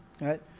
Right